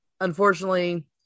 unfortunately